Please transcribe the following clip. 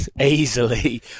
easily